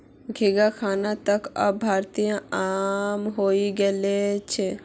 घोंघा खाना त अब भारतत आम हइ गेल छ